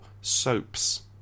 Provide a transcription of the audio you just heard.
soaps